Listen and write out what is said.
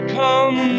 come